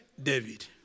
David